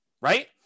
Right